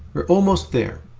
we're almost there.